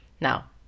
Now